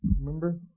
Remember